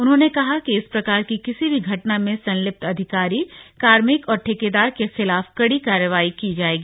उन्होंने कहा कि इस प्रकार की किसी भी घटना में संलिप्त अधिकारी कार्मिक और ठेकेदार कि खिलाफ कड़ी कार्रवाई की जाएगी